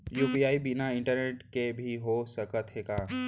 UPI बिना internet के भी हो सकत हे का?